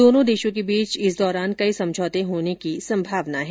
दोनों देशों के बीच इस दौरान कई समझौते होने की उम्मीद है